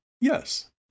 yes